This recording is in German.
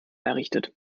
errichtet